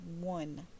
one